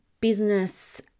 business